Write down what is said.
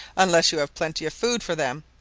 unless you have plenty of food for them,